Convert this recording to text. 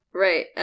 Right